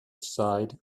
side